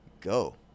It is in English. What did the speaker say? go